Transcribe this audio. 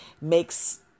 makes